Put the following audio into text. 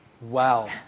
Wow